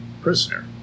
prisoner